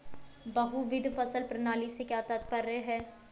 बहुविध फसल प्रणाली से क्या तात्पर्य है?